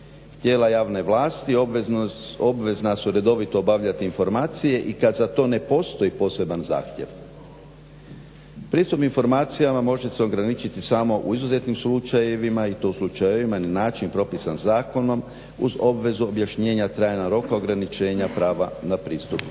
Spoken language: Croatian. Tijela javne vlasti obvezna su redovito obavljati informacije i kada za to ne postoji poseban zahtjev. Pristup informacijama može se ograničiti samo u izuzetnim slučajevima i to u slučajevima na način propisan zakonom uz obvezu objašnjenja trajanja roka ograničenja prava na pristup